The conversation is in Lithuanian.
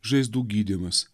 žaizdų gydymas